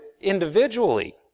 individually